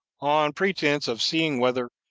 on pretense of seeing whether,